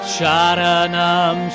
Sharanam